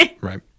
right